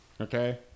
Okay